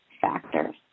factors